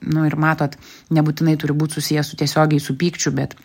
nu ir matot nebūtinai turi būt susiję su tiesiogiai su pykčiu bet